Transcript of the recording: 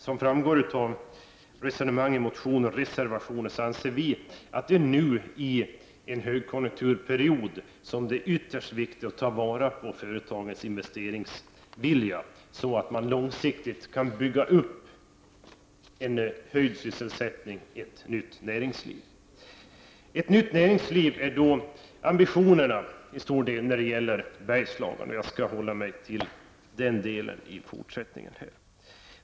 Som framgår av resonemangen i motioner och reservationer anser vi att det är nu, i en högkonjunkturperiod, som det är ytterst viktigt att ta vara på företagens investeringsvilja, så att en ökad sysselsättning och ett nytt näringsliv långsiktigt kan byggas upp. Ett nytt näringsliv är till stor del ambitionen när det gäller Bergslagen, och jag skall hålla mig till den delen i fortsättningen.